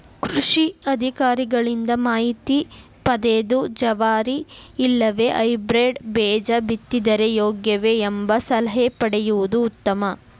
ಕೃಷಿ ಅಧಿಕಾರಿಗಳಿಂದ ಮಾಹಿತಿ ಪದೆದು ಜವಾರಿ ಇಲ್ಲವೆ ಹೈಬ್ರೇಡ್ ಬೇಜ ಬಿತ್ತಿದರೆ ಯೋಗ್ಯವೆ? ಎಂಬ ಸಲಹೆ ಪಡೆಯುವುದು ಉತ್ತಮ